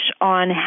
on